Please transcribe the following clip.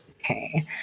Okay